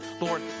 Lord